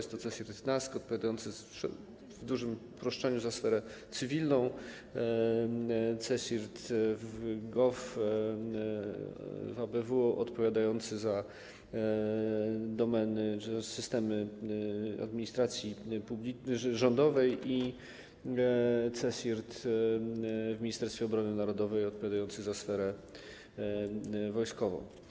Są to CSIRT NASK, odpowiadający w dużym uproszczeniu za sferę cywilną, CSIRT GOV w ABW, odpowiadający za domeny, systemy administracji rządowej, i CSIRT w Ministerstwie Obrony Narodowej, odpowiadający za sferę wojskową.